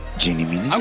genie meanie.